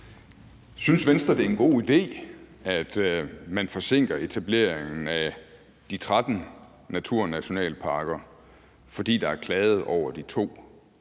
Synes Venstre, det er en god idé, at man forsinker etableringen af de 13 naturnationalparker, fordi der er klaget over de to?